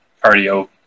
cardio